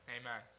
Amen